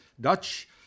Dutch